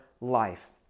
life